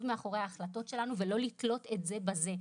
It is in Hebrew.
מאחורי ההחלטות שלנו ולא לתלות את זה בזה.